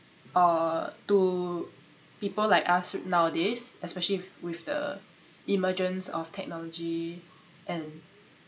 uh to people like us nowadays especially wi~ with the emergence of technology and